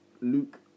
Luke